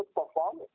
perform